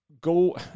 go